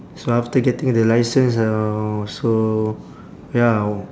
so after getting the licence uh so ya